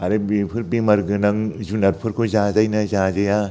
आरो बेफोर बेमार गोनां जुनारफोरखौ जाजायो ना जाजाया